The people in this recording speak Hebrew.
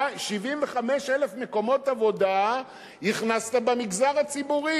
75,000 מקומות עבודה הכנסת במגזר הציבורי,